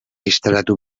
instalatu